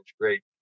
great